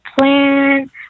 plan